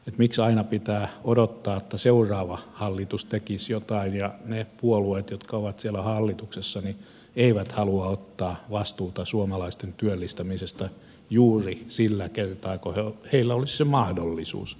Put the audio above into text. miksi aina pitää odottaa että seuraava hallitus tekisi jotain ja miksi ne puolueet jotka ovat siellä hallituksessa eivät halua ottaa vastuuta suomalaisten työllistämisestä juuri sillä kertaa kun heillä olisi se mahdollisuus